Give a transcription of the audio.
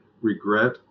regret